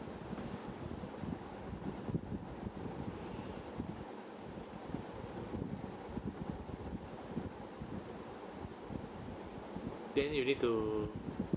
then you need to